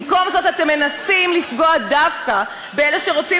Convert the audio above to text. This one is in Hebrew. במקום זאת אתם מנסים לפגוע דווקא באלה שרוצים